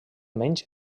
menys